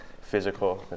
physical